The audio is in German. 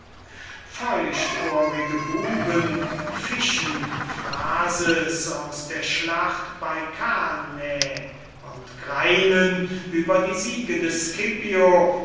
feuchtohrige buben fischen phrases aus der schlacht bei kannä und greinen über die siege des